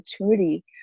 opportunity